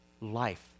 life